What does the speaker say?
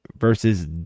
versus